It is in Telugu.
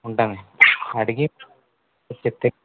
ఉంటానండి అడిగి చెప్తే